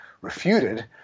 refuted